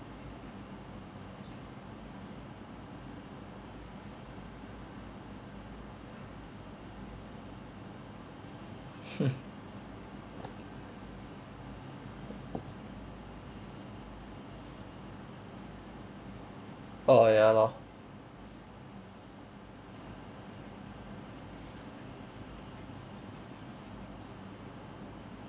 ya lor